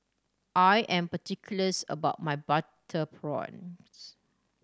I am particulars about my butter prawns